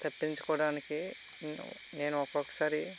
తప్పించుకోవడానికి నేను ఒకోసారి